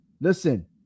listen